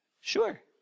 Sure